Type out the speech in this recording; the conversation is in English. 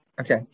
Okay